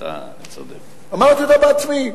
אמרתי אותה בעצמי.